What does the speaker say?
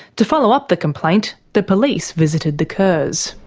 to follow up the complaint, the police visited the kerrs.